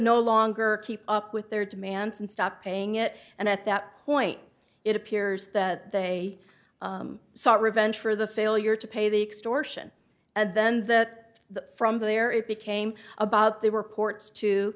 no longer keep up with their demands and stop paying it and at that point it appears that they sought revenge for the failure to pay the extra and then that from there it became about the reports to